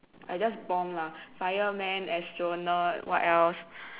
I just bomb lah fireman astronaut what else